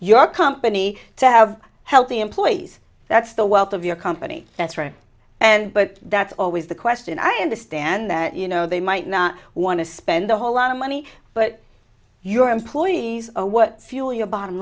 your company to have healthy employees that's the wealth of your company that's right and but that's always the question i understand that you know they might not want to spend the whole lot of money but your employees are what fuel your bottom